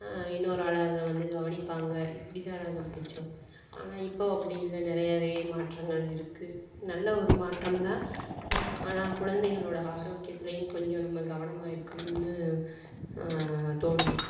இன்னொரு ஆள் அதை வந்து கவனிப்பாங்க இப்படி தான் நாங்கள் படித்தோம் ஆனால் இப்போது அப்படி இல்லை நிறையவே மாற்றங்கள் இருக்குது நல்ல ஒரு மாற்றம் தான் ஆனால் குழந்தைகளோட ஆரோக்கியத்துலேயும் கொஞ்சம் நம்ம கவனமாக இருக்கணும்னு தோணுது